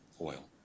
oil